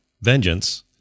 Vengeance